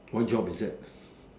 what job is that